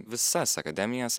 visas akademijas